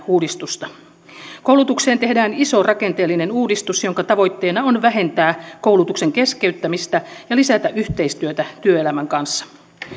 uudistusta koulutukseen tehdään iso rakenteellinen uudistus jonka tavoitteena on vähentää koulutuksen keskeyttämistä ja lisätä yhteistyötä työelämän kanssa